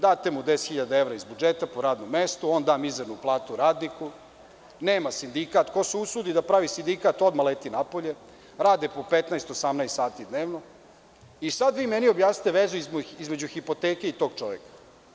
Date mu 10 hiljada evra iz budžeta po radom mestu, on da mizernu platu radniku, nema sindikat, ko se usudi da pravi sindikat odmah leti napolje, rade po 15, 18 sati dnevno i sad vi meni objasnite vezu između hipoteke i tog čoveka.